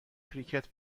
کریکت